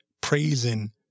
praising